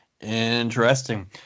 Interesting